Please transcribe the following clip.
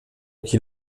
qu’il